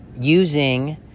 using